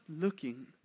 looking